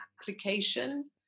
application